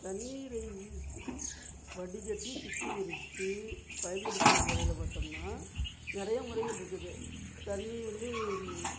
தண்ணீரை சுத் வடிகட்டி சுத்திகரிச்சு பயன்படுத்துகிற முறையில் பார்த்தம்னா நிறையா முறைகள் இருக்குது தண்ணி வந்து